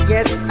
Yes